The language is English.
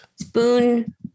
spoon